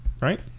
right